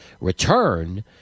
return –